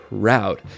proud